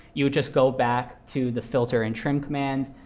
you would just go back to the filterandtrim command,